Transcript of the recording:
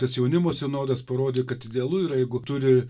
tas jaunimo sinodas parodė kad idealu yra jeigu turi